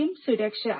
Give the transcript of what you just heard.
ആദ്യം സുരക്ഷ